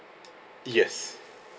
yes